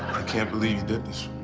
can't believe that.